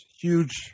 huge